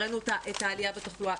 הראינו את העלייה בתחלואה.